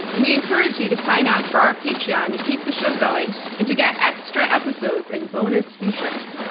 and we encourage you to sign up for our patreon to keep the show going and to get extra episodes and bonus features.